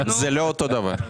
תעבירו למחר.